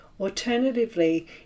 Alternatively